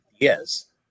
Yes